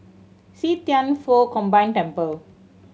See Thian Foh Combined Temple